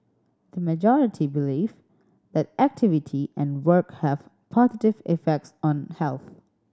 the majority believe that activity and work have positive effects on health